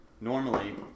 normally